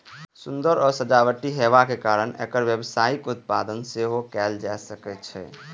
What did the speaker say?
सुंदर आ सजावटी हेबाक कारणें एकर व्यावसायिक उत्पादन सेहो कैल जा सकै छै